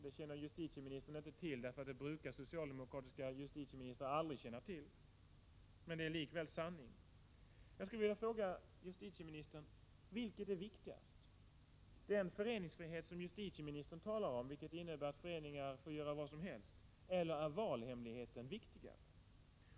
Det känner justitieministern inte till, för det brukar socialdemokratiska justitieministrar aldrig känna till, men det är likväl sanning. Jag skulle vilja fråga justitieministern: Vilket är viktigast? Är det den föreningsfrihet som justitieministern talar om och som innebär att föreningar får göra vad som helst? Eller är valhemligheten viktigare?